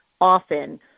often